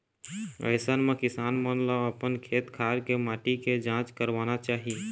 अइसन म किसान मन ल अपन खेत खार के माटी के जांच करवाना चाही